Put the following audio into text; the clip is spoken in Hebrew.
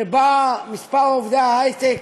מספר עובדי ההייטק